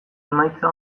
emaitza